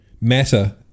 Matter